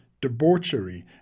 debauchery